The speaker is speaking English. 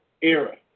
era